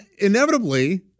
inevitably